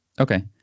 Okay